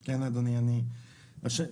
בבקשה.